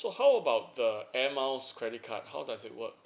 so how about the air miles credit card how does it work